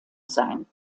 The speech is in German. sein